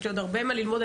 יש לי עוד הרבה מה ללמוד,